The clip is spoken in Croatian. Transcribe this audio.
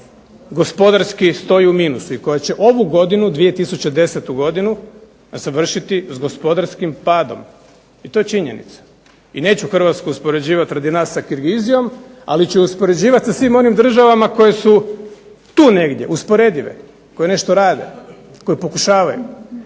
gospodarski stoji u minusu i koja će ovu godinu 2010. godinu završiti s gospodarskim padom i to je činjenica. I neću Hrvatsku uspoređivati radi nas sa Kirgizijom, ali ću je uspoređivati sa svim onim državama koje su tu negdje usporedive, koje nešto rade, koje pokušavaju